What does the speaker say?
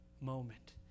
moment